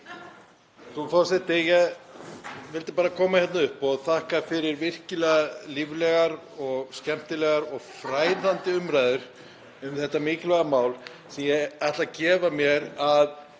Frú forseti. Ég vildi bara koma hingað upp og þakka fyrir virkilega líflegar, skemmtilegar og fræðandi umræður um þetta mikilvæga mál, sem ég ætla að gefa mér að